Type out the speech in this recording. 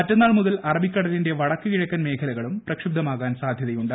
മറ്റന്നാൾ മുതൽ അറബിക്കടലിന്റെ വടക്ക് കിഴക്കൻ മേഖലകളും പ്രക്ഷുബ്നമാകാൻ സാധൃതയുണ്ട്